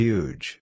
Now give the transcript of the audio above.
Huge